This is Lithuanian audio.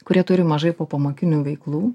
kurie turi mažai popamokinių veiklų